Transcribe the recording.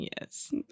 yes